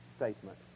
Statement